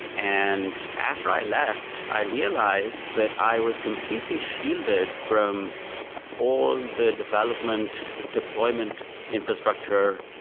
and after i left, i realized that i was completely shielded from all the development deployment infrastructure,